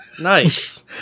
Nice